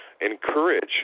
encourage